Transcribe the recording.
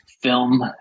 film